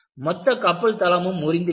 மொத்த கப்பல் தளமும் முறிந்துவிட்டது